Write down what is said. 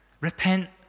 Repent